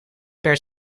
per